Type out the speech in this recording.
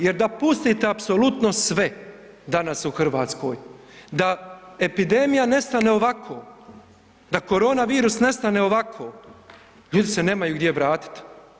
Jer da pustite apsolutno sve danas u Hrvatskoj, da epidemija nestane ovako, da koronavirus nestane ovako, ljudi se nemaju gdje vratiti.